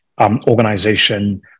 organization